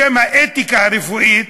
בשם האתיקה הרפואית,